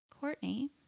Courtney